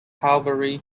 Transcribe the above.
cavalry